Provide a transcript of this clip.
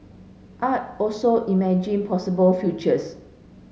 art also imagine possible futures